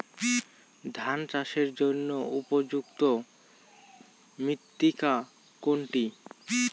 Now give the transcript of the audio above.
ধান চাষের জন্য উপযুক্ত মৃত্তিকা কোনটি?